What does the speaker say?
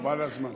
חבל על הזמן.